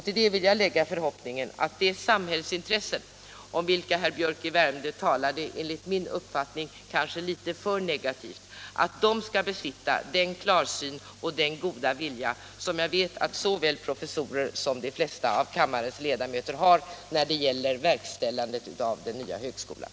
Till det vill jag lägga förhoppningen att företrädare för de samhällsintressen om vilka herr Biörck i Värmdö talade — enligt min uppfattning kanske litet för negativt — skall besitta den klarsyn och den goda vilja som jag vet att såväl professorer som de flesta av kammarens ledamöter har när det gäller verkställandet av den nya högskolan.